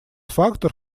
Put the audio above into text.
фактор